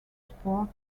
sport